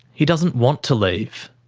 he doesn't want to leave.